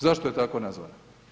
Zašto je tako nazvana?